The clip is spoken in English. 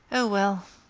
oh, well!